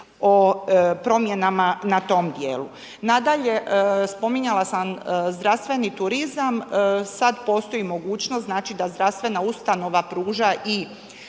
o promjenama na tom djelu. Nadalje, spominjala sam zdravstveni turizam, sad postoji mogućnost da zdravstvena ustanova pruža i